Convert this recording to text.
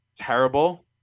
terrible